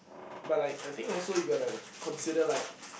but I I think also you got the consider like